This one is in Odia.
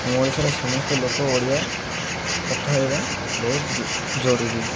ଆମ ଓଡ଼ିଶାର ସମସ୍ତ ଲୋକ ଓଡ଼ିଆ କଥା ହେବା ବହୁତ ଜରୁରୀ